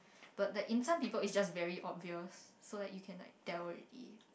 but that in some people it's just very obvious so like you can like tell already